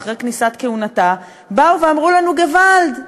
ואחרי תחילת כהונתה באו ואמרו לנו: געוואלד,